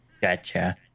Gotcha